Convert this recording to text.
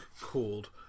called